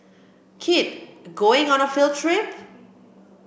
kid going on a field trip